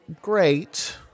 great